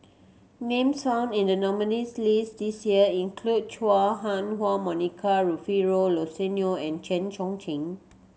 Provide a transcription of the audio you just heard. names found in the nominees' list this year include Chua Ha Huwa Monica Rufino and Chen